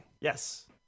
Yes